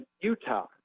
Utah